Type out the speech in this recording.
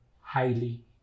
highly